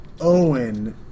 Owen